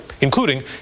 including